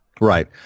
Right